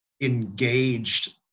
engaged